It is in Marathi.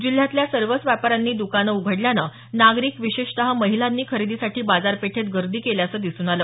जिल्ह्यातल्या सर्वच व्यापाऱ्यांनी दुकानं उघडल्यानं नागरिक विशेषत महिलांनी खरेदीसाठी बाजारपेठेत गर्दी केल्याचं दिसून आलं